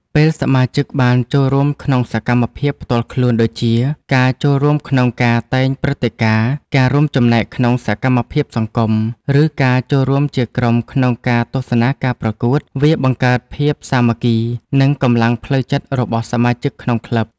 ពេលសមាជិកបានចូលរួមក្នុងសកម្មភាពផ្ទាល់ខ្លួន ដូចជា ការចូលរួមក្នុងការតែងព្រឹត្តិការណ៍ ការរួមចំណែកក្នុងសកម្មភាពសង្គម ឬការចូលរួមជាក្រុមក្នុងការទស្សនាការប្រកួត វាបង្កើតភាពសាមគ្គី និងកម្លាំងផ្លូវចិត្តរបស់សមាជិកក្នុងក្លឹប។